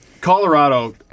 Colorado